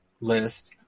list